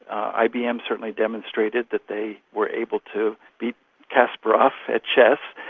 ibm certainly demonstrated that they were able to beat kasparov at chess,